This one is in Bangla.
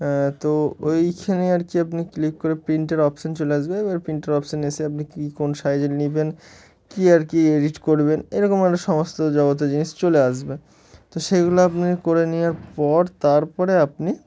তো ওইখানে আর কি আপনি ক্লিক করে প্রিন্টের অপশান চলে আসবে এবার প্রিন্টের অপশান এসে আপনি কী কোন সাইজে নেবেন কী আর কি এডিট করবেন এরকম আর সমস্ত জগত জিনিস চলে আসবে তো সেগুলো আপনি করে নেওয়ার পর তারপরে আপনি